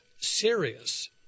serious